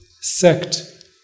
sect